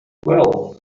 well